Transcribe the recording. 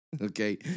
okay